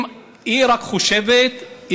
רק היא חושבת,